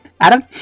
Adam